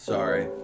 Sorry